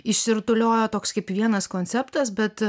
išsirutuliojo toks kaip vienas konceptas bet